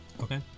Okay